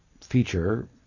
feature